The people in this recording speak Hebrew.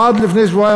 עד לפני שבועיים,